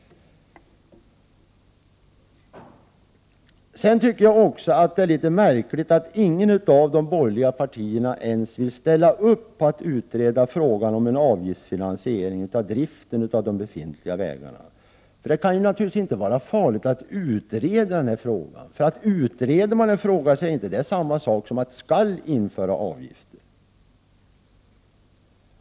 Jag tycker också att det är märkligt att inget av de borgerliga partierna ens vill ställa upp på att utreda frågan om en avgiftsfinansiering av driften av de befintliga vägarna. Det kan väl inte vara farligt att utreda denna fråga. Om man utreder införandet av avgifter, är det inte samma sak som att man skall införa avgifter.